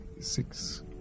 Six